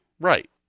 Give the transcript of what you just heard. Right